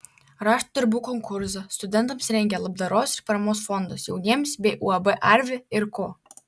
rašto darbų konkursą studentams rengia labdaros ir paramos fondas jauniems bei uab arvi ir ko